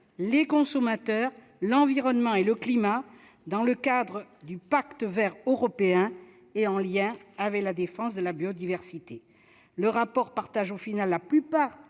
les consommateurs, l'environnement et le climat », dans le cadre du Pacte vert européen, et en lien avec la défense de la biodiversité. Le rapport partage au final la plupart